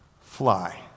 fly